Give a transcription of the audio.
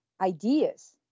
ideas